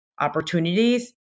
opportunities